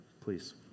please